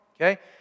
Okay